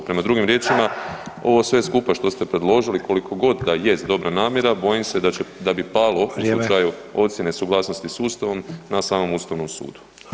Prema drugim riječima, ovo sve skupa što ste predložili koliko god da jest dobra namjera bojim se da bi palo u slučaju ocjene suglasnosti [[Upadica: Vrijeme.]] s Ustavnom na samom Ustavnom sudu.